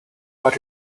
are